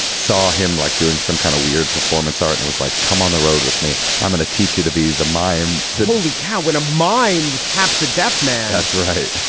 saw him like doing some kind of weird performance art and was like, come on the road with me. i'm going to teach you to be the mime. holy cow. when a mime taps a deaf man. that's right.